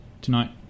tonight